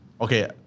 Okay